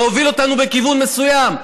להוביל אותנו בכיוון מסוים,